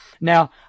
Now